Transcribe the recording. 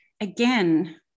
again